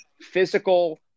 physical